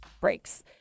breaks